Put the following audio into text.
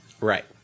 Right